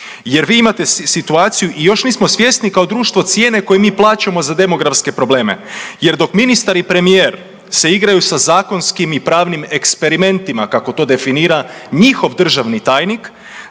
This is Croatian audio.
Jer vi imate situacije i još nismo svjesni kao društvo cijene koju mi plaćamo za demografske probleme. Jer dok ministar i premijer se igraju sa zakonskim i pravnim eksperimentima kako to definira njihov državni tajnik,